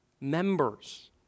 Members